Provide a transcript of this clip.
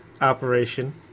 operation